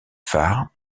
phares